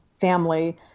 family